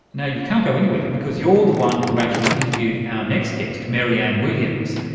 now, you can't go anywhere because you're the one who actually interviewed our next guest, mary-anne williams,